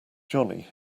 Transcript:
johnny